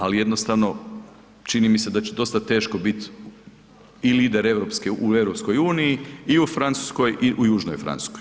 Ali jednostavno čini mi se da će dosta teško biti i lider u EU i u Francuskoj i u južnoj Francuskoj.